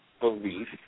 belief